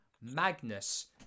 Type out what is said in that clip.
Magnus